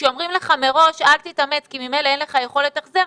כשאומרים לך מראש אל תתאמץ כי ממילא אין לך יכולת החזר,